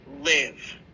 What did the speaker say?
live